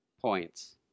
points